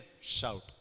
shout